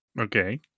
Okay